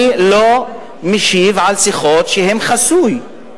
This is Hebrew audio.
אני לא משיב לשיחות שהן חסויות,